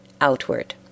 outward